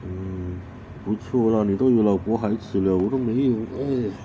mm 不错啦你都有老婆孩子了我都没有 eh